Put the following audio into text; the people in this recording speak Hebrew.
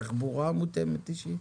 תחבורה מותאמת אישית.